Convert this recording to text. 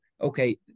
okay